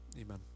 amen